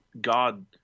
God